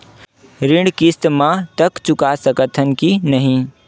ऋण किस्त मा तक चुका सकत हन कि नहीं?